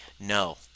no